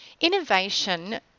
Innovation